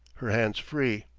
her hands free.